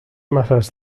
masses